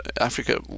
Africa